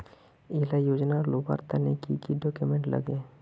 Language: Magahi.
इला योजनार लुबार तने की की डॉक्यूमेंट लगे?